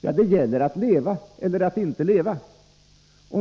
Ja, det gäller att leva eller inte leva.